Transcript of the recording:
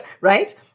Right